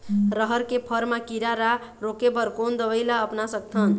रहर के फर मा किरा रा रोके बर कोन दवई ला अपना सकथन?